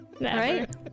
Right